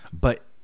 But-